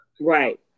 Right